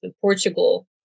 portugal